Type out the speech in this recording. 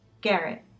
Garrett